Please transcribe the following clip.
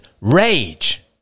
rage